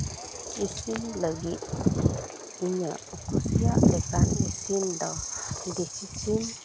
ᱤᱥᱤᱱ ᱞᱟᱹᱜᱤᱫ ᱤᱧᱟᱹᱜ ᱠᱩᱥᱤᱭᱟᱜ ᱞᱮᱠᱟᱛᱮ ᱤᱥᱤᱱ ᱫᱚ ᱫᱮᱥᱤ ᱥᱤᱢ